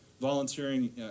volunteering